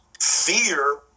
Fear